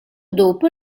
dopo